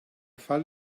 fall